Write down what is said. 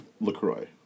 LaCroix